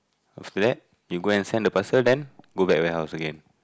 after that you go and send the person then go back warehouse again